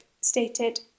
stated